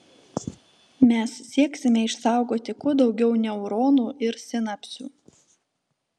mes sieksime išsaugoti kuo daugiau neuronų ir sinapsių